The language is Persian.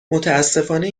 متاسفانه